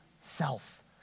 self